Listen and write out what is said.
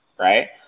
right